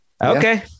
Okay